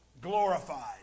glorified